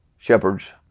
Shepherds